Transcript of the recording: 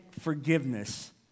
forgiveness